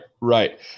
right